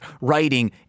writing